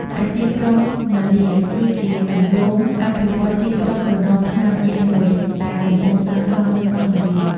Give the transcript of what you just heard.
ឯទីក្រុងនរា គឺជាគម្រោងអភិវឌ្ឍន៍ទីក្រុងរណបខ្នាតយក្សមួយ ដែលកំពុងសាងសង់នៅកោះនរា។